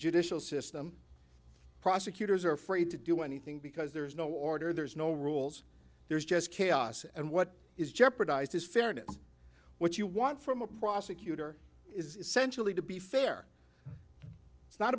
judicial system prosecutors are afraid to do anything because there is no order there's no rules there's just chaos and what is jeopardized is fairness what you want from a prosecutor is essentially to be fair it's not